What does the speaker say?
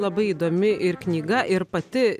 labai įdomi ir knyga ir pati